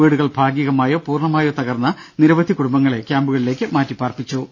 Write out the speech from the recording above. വീടുകൾ ഭാഗികമായോ പൂർണമായോ തകർന്ന നിരവധി കുടുംബങ്ങളെ ക്യാമ്പുകളിലേക്ക് മാറ്റിപാർപ്പിച്ചിട്ടുണ്ട്